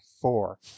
four